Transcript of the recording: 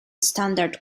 standard